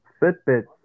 Fitbit